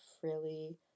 frilly